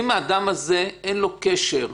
אם לאדם הזה אין קשר,